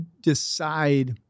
decide